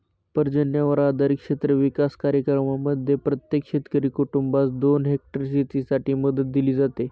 पर्जन्यावर आधारित क्षेत्र विकास कार्यक्रमांमध्ये प्रत्येक शेतकरी कुटुंबास दोन हेक्टर शेतीसाठी मदत दिली जाते